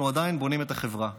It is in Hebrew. אנחנו עדיין בונים את החברה,